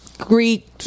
Greek